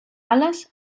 alas